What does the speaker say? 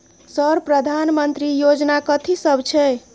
Sir प्रधानमंत्री योजना कथि सब छै?